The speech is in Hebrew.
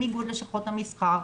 עם איגוד לשכות המסחר,